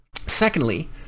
Secondly